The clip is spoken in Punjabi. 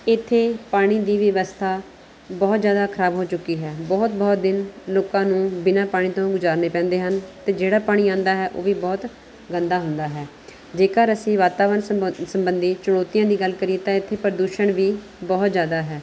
ਇਥੇ ਪਾਣੀ ਦੀ ਵੀ ਵਿਵਸਥਾ ਬਹੁਤ ਜ਼ਿਆਦਾ ਖਰਾਬ ਹੋ ਚੁੱਕੀ ਹੈ ਬਹੁਤ ਬਹੁਤ ਦਿਨ ਲੋਕਾਂ ਨੂੰ ਬਿਨਾਂ ਪਾਣੀ ਤੋਂ ਗੁਜ਼ਾਰਨੇ ਪੈਂਦੇ ਹਨ ਅਤੇ ਜਿਹੜਾ ਪਾਣੀ ਆਉਂਦਾ ਹੈ ਉਹ ਵੀ ਬਹੁਤ ਗੰਦਾ ਹੁੰਦਾ ਹੈ ਜੇਕਰ ਅਸੀਂ ਵਾਤਾਵਰਨ ਸਬੰ ਸੰਬੰਧੀ ਚੁਣੌਤੀਆਂ ਦੀ ਗੱਲ ਕਰੀਏ ਤਾਂ ਇੱਥੇ ਪ੍ਰਦੂਸ਼ਣ ਵੀ ਬਹੁਤ ਜ਼ਿਆਦਾ ਹੈ